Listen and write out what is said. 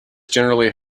generally